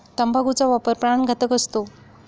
तंबाखूचा वापर प्राणघातक असतो